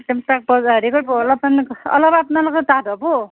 তাক হেৰি কৰিব অলপমান অলপ আপোনালোকো ডাঠ হ'ব